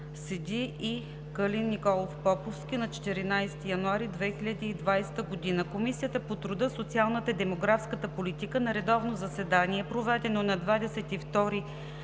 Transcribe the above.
Сиди и Калин Николов Поповски на 14 януари 2020 г. Комисията по труда, социалната и демографската политика на редовно заседание, проведено на 22